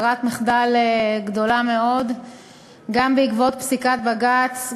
ברירת מחדל גדולה מאוד גם בעקבות פסיקת בג"ץ,